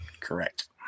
correct